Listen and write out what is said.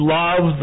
love